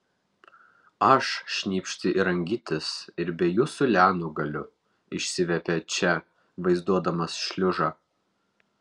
aš šnypšti ir rangytis ir be jūsų lianų galiu išsiviepė če vaizduodamas šliužą